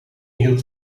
hield